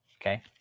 okay